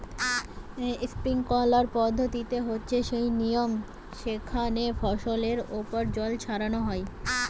sprinkler পদ্ধতি হচ্ছে সেই নিয়ম যেখানে ফসলের ওপর জল ছড়ানো হয়